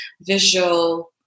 visual